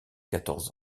quatorze